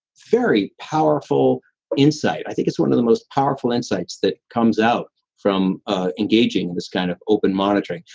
very powerful insight. i think it's one of the most powerful insights that comes out from ah engaging in this kind of open monitoring.